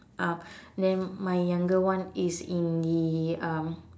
uh then my younger one is one the um